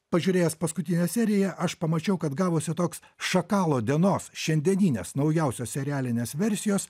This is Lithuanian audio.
pažiūrėjęs paskutinę seriją aš pamačiau kad gavosi toks šakalo dienos šiandieninės naujausios serialinės versijos